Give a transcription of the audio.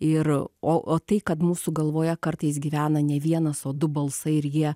ir o tai kad mūsų galvoje kartais gyvena ne vienas o du balsai ir jie